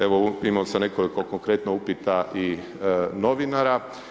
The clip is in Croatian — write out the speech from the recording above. Evo imao sam nekoliko konkretno upita i novinara.